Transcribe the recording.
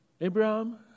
Abraham